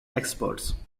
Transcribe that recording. experts